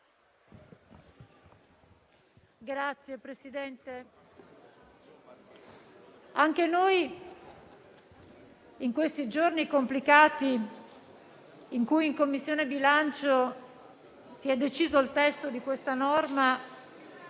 Signor Presidente, anche noi in questi giorni complicati, in cui in Commissione bilancio si è deciso il testo di questa norma,